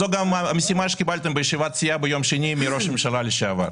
זו גם המשימה שקיבלתם בישיבת סיעה ביום שני מראש הממשלה לשעבר.